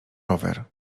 rower